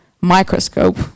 microscope